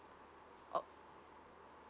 oh